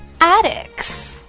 Addicts